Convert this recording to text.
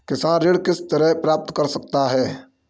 किसान ऋण किस तरह प्राप्त कर सकते हैं?